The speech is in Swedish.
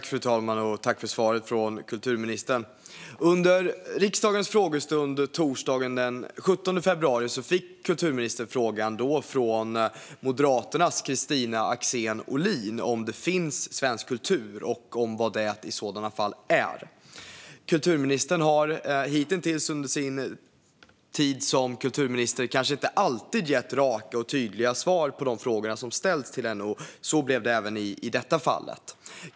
Fru talman! Tack för svaret från kulturministern. Under riksdagens frågestund torsdagen den 17 februari fick kulturministern frågan från Moderaternas Kristina Axén Olin om det finns svensk kultur och om vad det i sådana fall är. Kulturministern har under sin tid som kulturminister hitintills kanske inte alltid gett raka och tydliga svar på de frågor som ställts till henne. Så blev det även i detta fall.